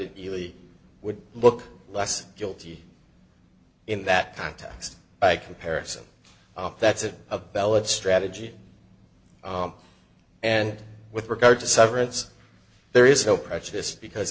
you really would look less guilty in that context by comparison that's a valid strategy and with regard to severance there is no prejudice because